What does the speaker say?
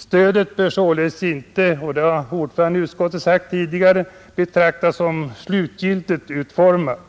Stödet bör således inte — och det har utskottets ordförande sagt tidigare — betraktas som slutgiltigt utformat.